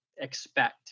expect